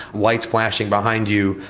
lights flashing behind you,